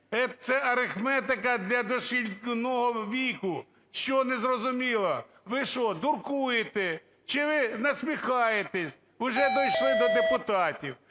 Це арифметика для дошкільного віку. Що незрозуміло? Ви що дуркуєте? Чи ви насміхаєтесь? Уже дійшли до депутатів.